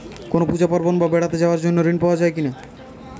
কোনো পুজো পার্বণ বা বেড়াতে যাওয়ার জন্য ঋণ পাওয়া যায় কিনা?